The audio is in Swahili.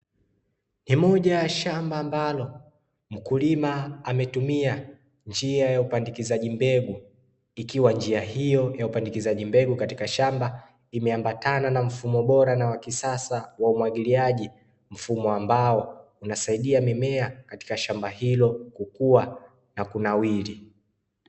Ni moja ya shamba ambalo mkulima ametumia njia ya upandikizaji mbegu, ikiwa njia hiyo ni ya upandikizaji mbegu katika shamba, imeambatana na mfumo bora wa kisasa wa umwagiliaji, mfumo unaosaidia mimea katika shamba hilo na kukua na kunawiri.